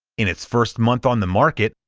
in its first month on the market,